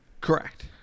Correct